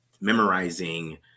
memorizing